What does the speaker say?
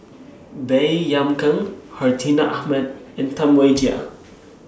Baey Yam Keng Hartinah Ahmad and Tam Wai Jia